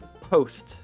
post